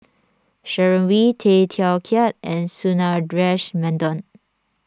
Sharon Wee Tay Teow Kiat and Sundaresh Menon